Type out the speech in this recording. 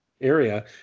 area